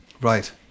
Right